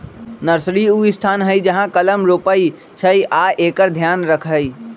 nursery उ स्थान हइ जहा कलम रोपइ छइ आ एकर ध्यान रखहइ